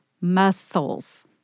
muscles